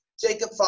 Jacob